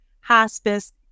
hospice